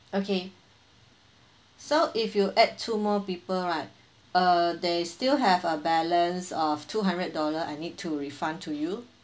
okay so if you add two more people right uh there is still have a balance of two hundred dollar I need to refund to you